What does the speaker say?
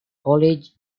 college